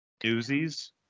Doozies